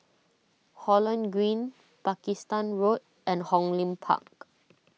Holland Green Pakistan Road and Hong Lim Park